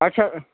اچھا